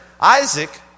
Isaac